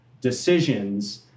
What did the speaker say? decisions